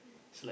mm